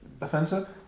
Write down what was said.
offensive